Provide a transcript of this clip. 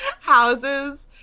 houses